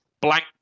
blank